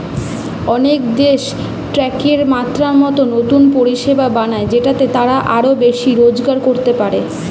অনেক দেশ ট্যাক্সের মাত্রা মতো নতুন পরিষেবা বানায় যেটাতে তারা আরো বেশি রোজগার করতে পারে